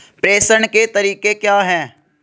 प्रेषण के तरीके क्या हैं?